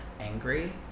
angry